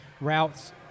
routes